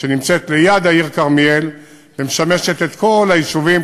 שנמצאת ליד העיר כרמיאל ומשמשת את כל היישובים,